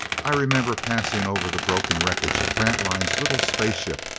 i remember passing over the broken wreckage of grantline's little spaceship,